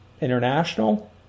international